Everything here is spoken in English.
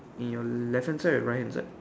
in your left hand side or your right hand side